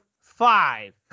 five